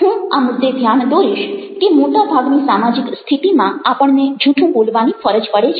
હું આ મુદ્દે ધ્યાન દોરીશ કે મોટા ભાગની સામાજિક સ્થિતિમાં આપણને જૂઠું બોલવાની ફરજ પડે છે